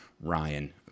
Ryan